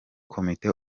komite